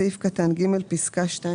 תיקון סעיף 8א1 בסעיף 8א1